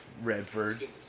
Redford